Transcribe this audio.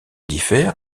diffèrent